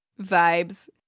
vibes